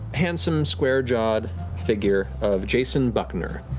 handsome, square-jawed figure of jason buckner.